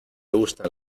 gustan